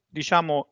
diciamo